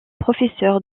professeur